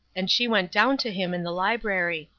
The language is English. and she went down to him in the library.